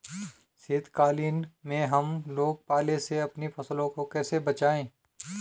शीतकालीन में हम लोग पाले से अपनी फसलों को कैसे बचाएं?